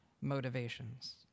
motivations